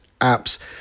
apps